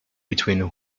between